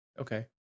Okay